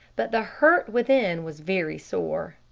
but the hurt within was very sore.